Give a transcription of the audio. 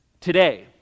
today